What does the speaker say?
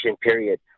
period